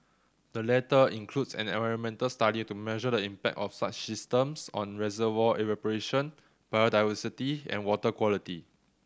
the latter includes an environmental study to measure the impact of such systems on reservoir evaporation biodiversity and water quality